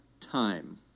time